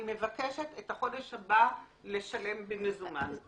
אני מבקשת את החודש הבא לשלם במזומן.